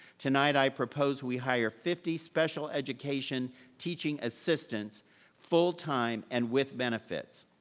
tonight i propose we hire fifty special education teaching assistants full time and with benefits.